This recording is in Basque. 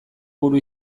buru